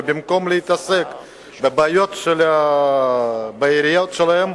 ובמקום להתעסק בבעיות של העיריות שלהם,